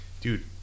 Dude